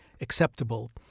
acceptable